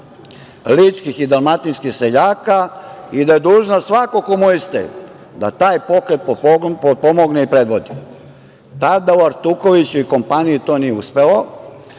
ličkih i dalmatinskih seljaka i da dužnost je svakog komuniste da taj pokret pomogne i predvodi. Tada Artukoviću i kompaniji nije uspelo,